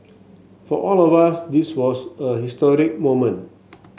for all of us this was a historic moment